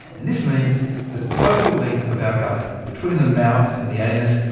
and this means the total length of our gut, between the mouth and the anus,